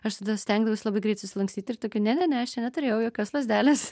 aš tada stengdavaus labai greit susilankstyt ir tokia ne ne ne aš čia neturėjau jokios lazdelės